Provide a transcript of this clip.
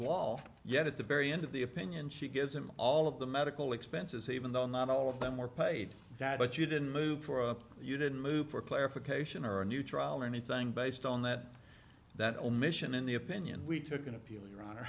law yet at the very end of the opinion she gives him all of the medical expenses even though not all of them were paid that but you didn't move for up you didn't move for clarification or a new trial or anything based on that that omission in the opinion we took an appeal your honor